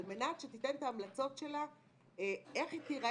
על מנת שתיתן את ההמלצות שלה איך תיראה